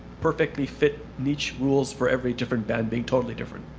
perfectly fit niche rules for every different band being totally different.